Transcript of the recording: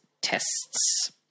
tests